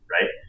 right